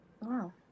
wow